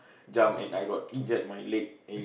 jump and I got injured my leg and